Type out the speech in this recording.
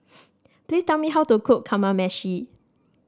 please tell me how to cook Kamameshi